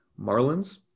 Marlins